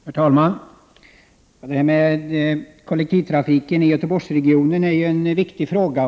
Herr talman! Från många olika synpunkter är kollektivtrafiken i Göteborgsregionen en viktig fråga.